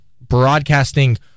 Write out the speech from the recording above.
broadcasting